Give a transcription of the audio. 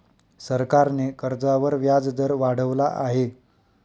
सरकारने कर्जावर व्याजदर वाढवला आहे